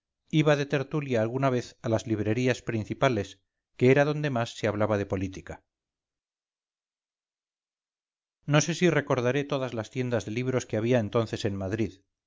iba de tertulia alguna vez a las librerías principales que era donde más se hablaba de política no sé si recordaré todas las tiendas de libros que había entonces en madrid